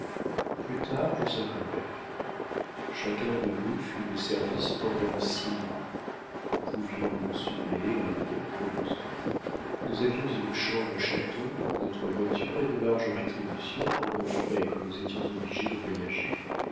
plus tard j'eus un collègue chacun de nous fut de service pendant six mois nous pouvions nous suppléer l'un l'autre au besoin nous avions une chambre au château notre voiture et de larges rétributions pour nos frais quand nous étions obligés de voyager